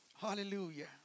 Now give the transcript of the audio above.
Hallelujah